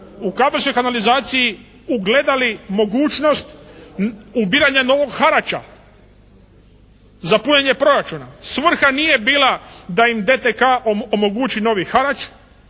u kabelskoj kanalizaciji ugledali mogućnost ubiranja novog harača za punjenje proračuna. Svrha nije bila da im DTK-a omogući novi harač,